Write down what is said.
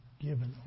given